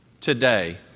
today